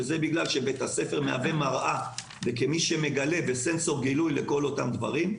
וזה בגלל שבית הספר מהווה מראה וסנסור גילוי לכל אותם דברים.